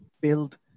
build